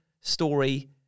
story